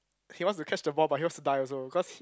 he wants to catch the ball but he wants to die also cause